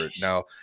now